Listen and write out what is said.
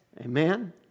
Amen